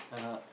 (uh huh)